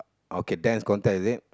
okay Dance Contest is it